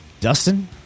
Dustin